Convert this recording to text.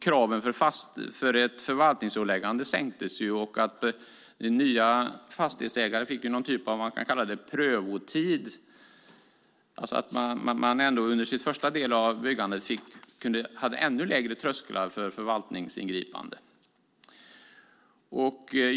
Kraven för ett förvaltningsåläggande sänktes till exempel, och nya fastighetsägare fick någon typ av prövotid. Under den första tiden av byggen hade man alltså ännu lägre trösklar för förvaltningsingripande.